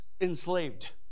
enslaved